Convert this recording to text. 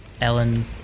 Ellen